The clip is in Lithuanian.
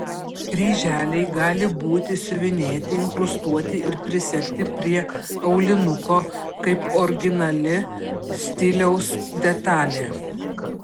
kryželiai gali būti siuvinėti inkrustuoti ar prisegti prie aulinuko kaip originali stiliaus detalė